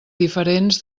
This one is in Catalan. diferents